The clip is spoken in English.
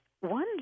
one